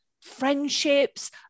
friendships